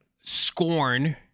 Scorn